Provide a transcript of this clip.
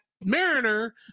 mariner